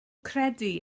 credu